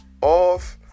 off